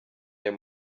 ayo